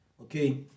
okay